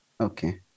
Okay